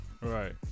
Right